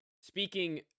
Speaking